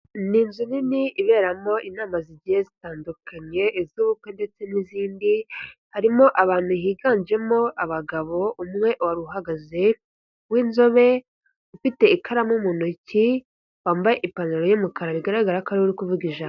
Ni inzu nini iberamo inama zigiye zitandukanye iz'ubukwe ndetse n'izindi, harimo abantu higanjemo abagabo. Umwe wari uhagaze w'inzobe, ufite ikaramu mu ntoki, wambaye ipantaro y'umukara. Bigaragara ko ari we uri kuvuga ijambo.